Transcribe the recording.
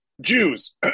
jews